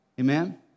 Amen